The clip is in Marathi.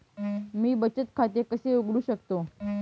मी बचत खाते कसे उघडू शकतो?